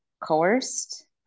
coerced